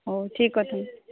ହଉ ଠିକ୍ ଅଛି